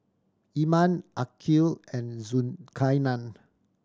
Iman Aqil and Zulkarnain